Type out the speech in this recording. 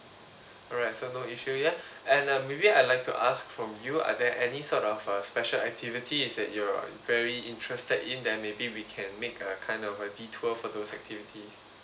alright so no issue here and um maybe I'd like to ask from you are there any sort of uh special activities that you are very interested in then maybe we can make uh kind of uh detour for those activities